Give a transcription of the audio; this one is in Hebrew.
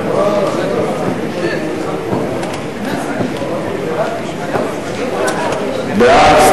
27, נגד, 5. ההצבעה הזאת מסעיף 68 עד סעיף